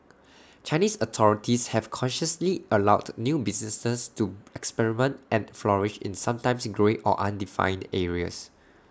Chinese authorities have cautiously allowed new businesses to experiment and flourish in sometimes grey or undefined areas